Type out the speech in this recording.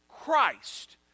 Christ